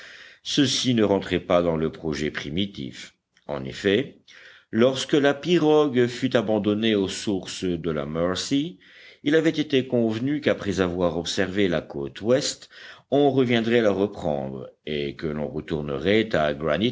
ceci ne rentrait pas dans le projet primitif en effet lorsque la pirogue fut abandonnée aux sources de la mercy il avait été convenu qu'après avoir observé la côte ouest on reviendrait la reprendre et que l'on retournerait à